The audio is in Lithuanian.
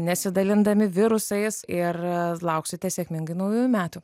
nesidalindami virusais ir lauksite sėkmingai naujųjų metų